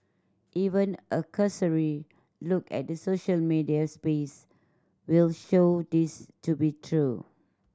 even a cursory look at the social media space will show this to be true